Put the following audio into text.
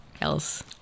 else